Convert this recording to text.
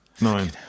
Nine